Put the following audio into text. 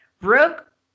Brooke